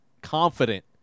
confident